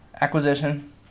acquisition